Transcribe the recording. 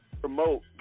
promote